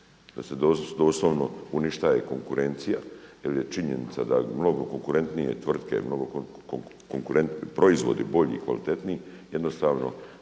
da se doslovno uništava konkurencija jer je činjenica da mnogo konkurentnije tvrtke, mnogo konkurentniji proizvodi, bolji, kvalitetniji jednostavno